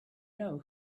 know